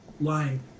lying